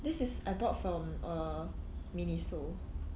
this is I bought from uh Miniso